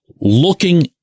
looking